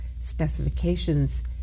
specifications